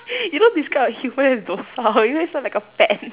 you don't describe a human as docile you know it's not like a pen